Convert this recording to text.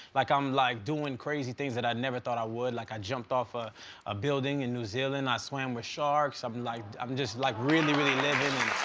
like i'm like doing crazy things that i never thought i would. like i jumped off a ah building in new zealand and i swam with sharks, i'm like i'm just like really, really living.